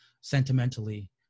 sentimentally